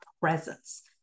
presence